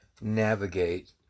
navigate